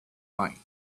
like